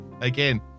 Again